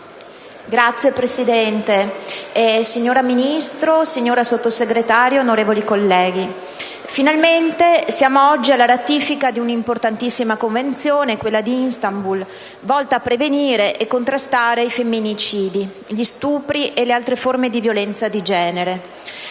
Signor Presidente, signora Ministro, signora Vice Ministro, onorevoli colleghi, oggi finalmente siamo alla ratifica di un'importantissima Convenzione, quella di Istanbul, volta a prevenire e contrastare i femminicidi, gli stupri e le altre forme di violenza di genere.